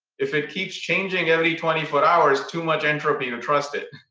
if it keeps changing every twenty four hours, too much entropy to trust it